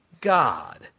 God